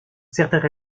certains